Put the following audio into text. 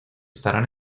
estarán